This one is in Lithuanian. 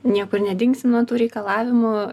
niekur nedingsi nuo tų reikalavimų